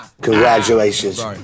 congratulations